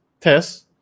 test